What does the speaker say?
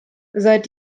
seit